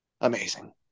amazing